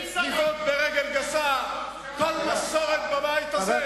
לבעוט ברגל גסה כל מסורת בבית הזה?